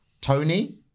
Tony